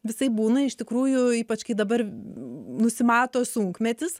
visaip būna iš tikrųjų ypač kai dabar nusimato sunkmetis